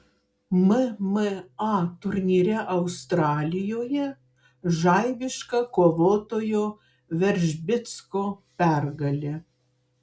mma turnyre australijoje žaibiška kovotojo veržbicko pergalė